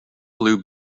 blue